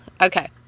Okay